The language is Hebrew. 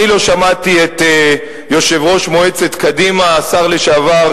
אני לא שמעתי את יושב-ראש מועצת קדימה השר לשעבר,